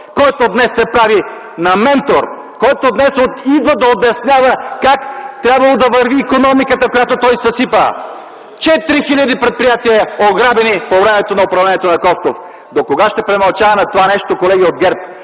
който днес се прави на ментор, който днес идва да обяснява как трябвало да върви икономиката, която той съсипа. (Шум и реплики.) Четири хиляди предприятия ограбени по времето на управлението на Костов – докога ще премълчаваме това нещо, колеги от ГЕРБ?!